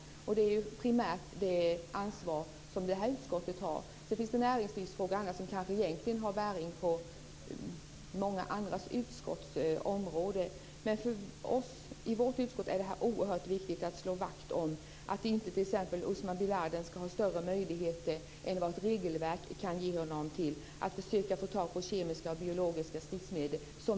Det är primärt det ansvaret som detta utskott har. Sedan finns det ju näringslivsfrågor och annat som kanske egentligen har bäring på många andra utskotts områden. Men för vårt utskott är det oerhört viktigt att slå vakt om detta. Usama bin Ladin t.ex. ska inte ha större möjligheter än vad ett regelverk kan ge honom att försöka få tag på kemiska och biologiska stridsmedel.